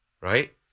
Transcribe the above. right